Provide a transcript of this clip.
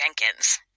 Jenkins